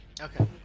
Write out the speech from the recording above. Okay